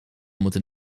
moeten